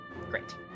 Great